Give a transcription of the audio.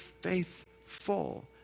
faithful